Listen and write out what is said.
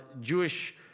Jewish